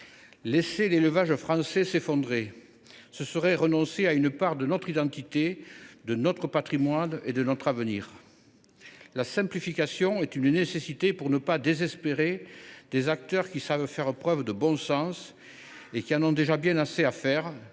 Laisser l’élevage français s’effondrer serait renoncer à une part de notre identité, de notre patrimoine et de notre avenir. La simplification est une nécessité pour ne pas désespérer des acteurs qui savent faire preuve de bon sens et qui ont déjà bien assez de